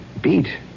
Beat